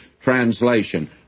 translation